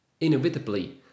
inevitably